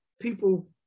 people